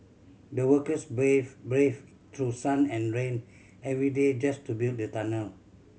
the workers braved brave through sun and rain every day just to build the tunnel